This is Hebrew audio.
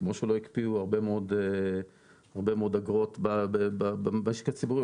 כפי שלא הקפיאו הרבה מאוד אגרות במשק הציבורי.